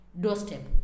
doorstep